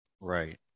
right